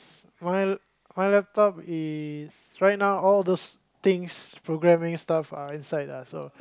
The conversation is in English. my my laptop is right now all those things programming stuff are inside ah so